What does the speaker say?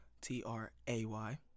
t-r-a-y